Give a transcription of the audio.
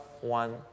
one